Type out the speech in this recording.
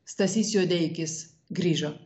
stasys juodeikis grįžo